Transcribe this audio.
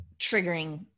triggering